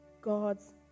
God's